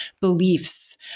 beliefs